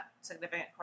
significant